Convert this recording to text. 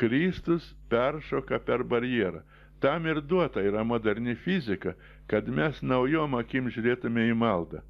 kristus peršoka per barjerą tam ir duota yra moderni fizika kad mes naujom akim žiūrėtume į maldą